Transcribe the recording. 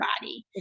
body